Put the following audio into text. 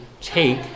take